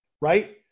Right